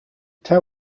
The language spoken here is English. town